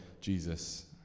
Jesus